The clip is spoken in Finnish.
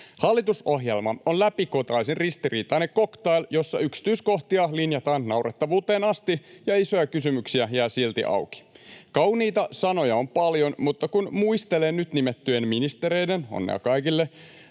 Hallitusohjelma on läpikotaisin ristiriitainen cocktail, jossa yksityiskohtia linjataan naurettavuuteen asti ja isoja kysymyksiä jää silti auki. Kauniita sanoja on paljon, mutta kun muistelen nyt nimettyjen ministereiden — onnea kaikille